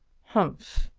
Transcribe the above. humph!